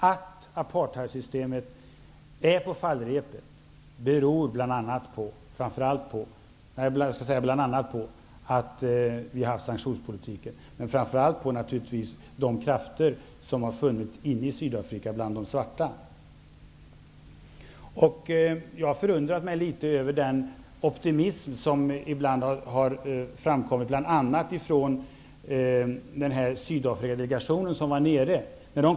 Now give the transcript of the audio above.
Att apartheidsystemet är på fallrepet beror bl.a. på sanktionspolitiken, men framför allt på de krafter som har funnits bland de svarta i Sydafrika. Jag har förundrat mig litet över den optimism som ibland har framkommit, bl.a. från den Sydafrikadelegation som gjorde ett besök där nere.